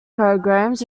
programs